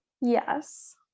yes